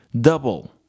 Double